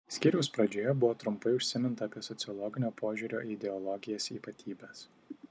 skyriaus pradžioje buvo trumpai užsiminta apie sociologinio požiūrio į ideologijas ypatybes